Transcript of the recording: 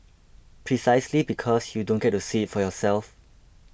precisely because you don't get to see it for yourself